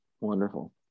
wonderful